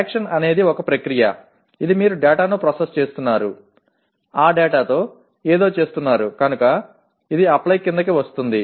action అనేది ఒక ప్రక్రియ ఇది మీరు డేటాను ప్రాసెస్ చేస్తున్నారు ఆ డేటాతో ఏదో చేస్తున్నారు కనుక ఇది అప్లై క్రిందకి వస్తుంది